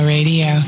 Radio